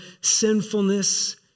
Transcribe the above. sinfulness